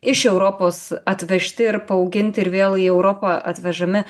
iš europos atvežti ir paauginti ir vėl į europą atvežami